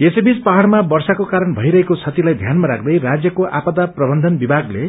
यसै बीच पहाडमा वर्षाको कारण भईरहेको बतिलाई घ्यानमा राख्दै राज्यको आफ्दा प्रबन्धन विमागले